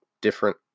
different